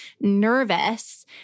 nervous